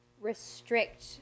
restrict